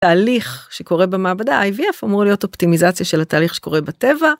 תהליך שקורה במעבדה IVF אמור להיות אופטימיזציה של התהליך שקורה בטבע.